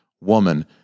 woman